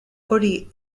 hori